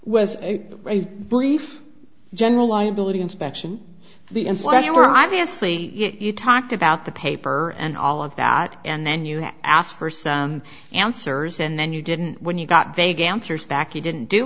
a brief general liability inspection the insulation were obviously you talked about the paper and all of that and then you asked for some answers and then you didn't when you got vague answers back you didn't do